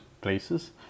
places